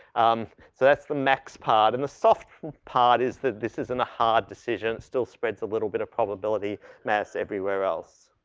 um, so that's the max part and a soft part is that this isn't a hard decisions still spreads a little bit of probability mass everywhere else.